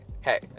hey